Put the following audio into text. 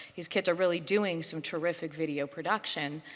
these kids are really doing some terrific video production.